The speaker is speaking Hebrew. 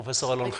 פרופ' אלון חן.